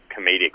comedic